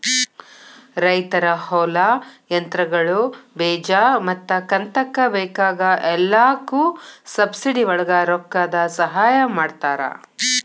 ರೈತರ ಹೊಲಾ, ಯಂತ್ರಗಳು, ಬೇಜಾ ಮತ್ತ ಕಂತಕ್ಕ ಬೇಕಾಗ ಎಲ್ಲಾಕು ಸಬ್ಸಿಡಿವಳಗ ರೊಕ್ಕದ ಸಹಾಯ ಮಾಡತಾರ